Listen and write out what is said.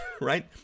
right